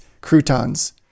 croutons